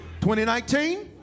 2019